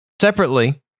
Separately